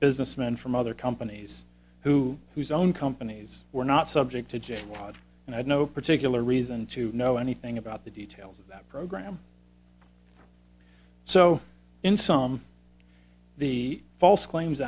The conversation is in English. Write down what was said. businessmen from other companies who whose own companies were not subject to just watch and i had no particular reason to know anything about the details of that program so in some of the false claims